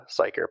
psycher